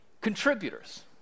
contributors